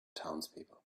townspeople